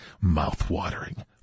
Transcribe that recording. Mouth-watering